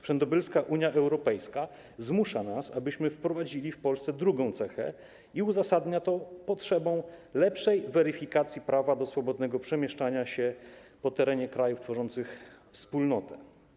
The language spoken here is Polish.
Wszędobylska Unia Europejska zmusza nas, abyśmy wprowadzili w Polsce drugą cechę i uzasadnia to potrzebą lepszej weryfikacji prawa do swobodnego przemieszczania się po terenie krajów tworzących Wspólnotę.